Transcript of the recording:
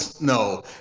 no